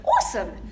awesome